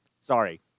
sorry